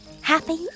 happy